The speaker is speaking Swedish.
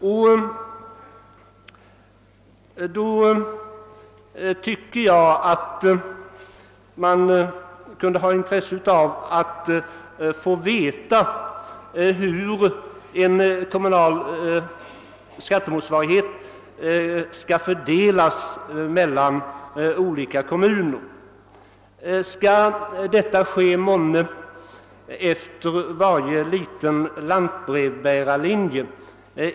I detta sammanhang anser jag det vara av intresse att få veta hur en kommunal skattemotsvarighet skall fördelas mellan olika kommuner. Skall en uppdelning måhända ske efter varje liten lantbrevbärarlinje?